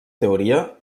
teoria